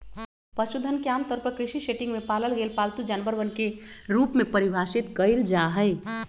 पशुधन के आमतौर पर कृषि सेटिंग में पालल गेल पालतू जानवरवन के रूप में परिभाषित कइल जाहई